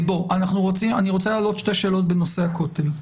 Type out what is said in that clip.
אני רוצה להעלות שתי שאלות בנושא הכותל.